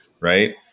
right